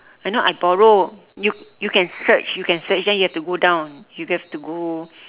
I know I borrow you you can search you can search then you have to go down you have to go